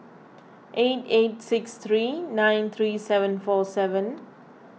eight eight six three nine three seven four seven